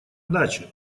дачи